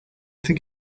think